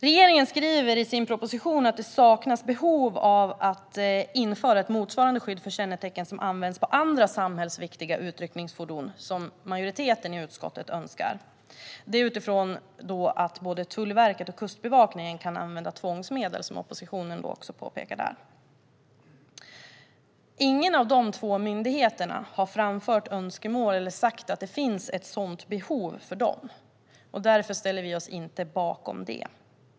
Regeringen skriver i sin proposition att det saknas behov av att införa ett motsvarande skydd för kännetecken som används på andra samhällsviktiga utryckningsfordon, vilket majoriteten i utskottet önskar. Denna önskan grundas på att både Tullverket och Kustbevakningen kan använda tvångsmedel, som oppositionen påpekar. Ingen av dessa två myndigheter har dock framfört önskemål eller sagt att de har ett sådant behov, och därför ställer vi oss inte bakom det.